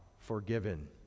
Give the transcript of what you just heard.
forgiven